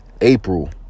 April